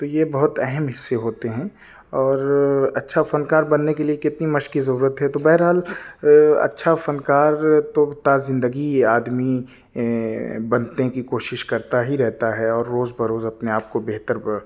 تو یہ بہت اہم حصے ہوتے ہیں اور اچھا فن کار بننے کے لیے کتنی مشق کی ضرورت ہے تو بہرحال اچھا فنکار تو تازندگی آدمی بننے کی کوشش کرتا ہی رہتا ہے اور روز بروز اپنے آپ کو بہتر